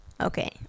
Okay